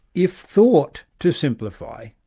if thought, to simplify,